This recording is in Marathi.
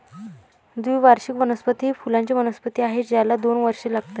द्विवार्षिक वनस्पती ही फुलांची वनस्पती आहे ज्याला दोन वर्षे लागतात